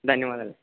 ధన్యవాదాలు